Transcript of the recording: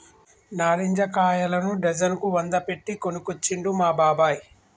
నారింజ కాయలను డజన్ కు వంద పెట్టి కొనుకొచ్చిండు మా బాబాయ్